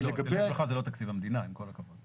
היטלי השבחה זה לא תקציב המדינה, עם כל הכבוד.